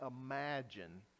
imagine